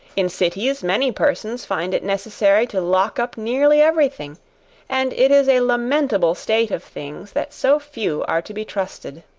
in cities many persons find it necessary to lock up nearly every thing and it is a lamentable state of things that so few are to be trusted.